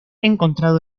encontrado